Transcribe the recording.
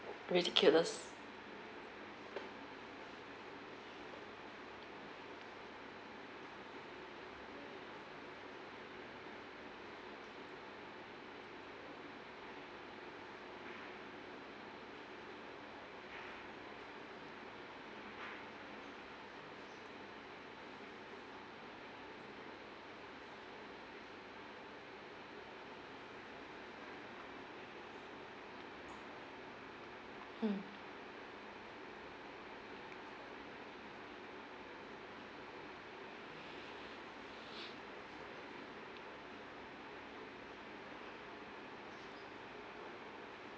ridiculous mm